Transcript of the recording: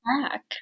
back